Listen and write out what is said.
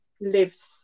lives